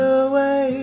away